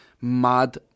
Mad